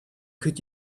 could